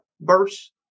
verse